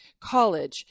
college